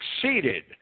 succeeded